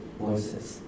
voices